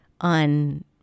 on